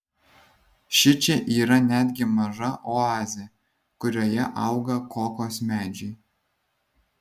šičia yra netgi maža oazė kurioje auga kokos medžiai